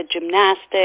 gymnastics